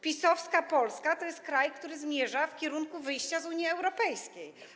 PiS-owska Polska to jest kraj, który zmierza w kierunku wyjścia z Unii Europejskiej.